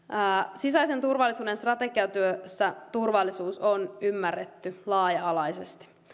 sisäisen turvallisuuden strategiatyössä turvallisuus on ymmärretty laaja alaisesti